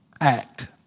act